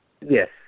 Yes